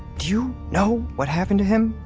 do you know what happened to him?